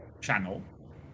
channel